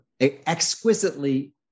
exquisitely